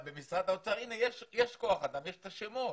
אבל במשרד האוצר יש את השמות.